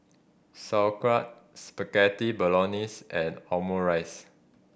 Sauerkraut Spaghetti Bolognese and Omurice